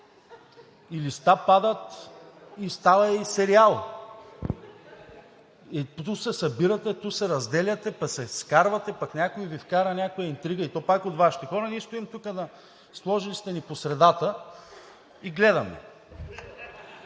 и листа падат, и става и сериал: ту се събирате, ту се разделяте, пък се скарвате, пък някой Ви вкара някоя интрига – и то пак от Вашите хора. Ние стоим тук, сложили сте ни по средата, и гледаме